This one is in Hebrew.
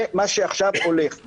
זה מה שעכשיו הולך.